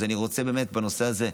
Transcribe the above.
אז אני רוצה באמת, בנושא הזה,